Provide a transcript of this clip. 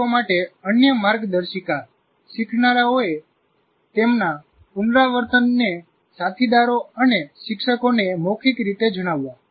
શિક્ષકો માટે અન્ય માર્ગદર્શિકા શીખનારાઓએ તેમના પુનરાવર્તનને સાથીદારો અને શિક્ષકોને મૌખિક રીતે જણાવવા